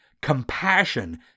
compassion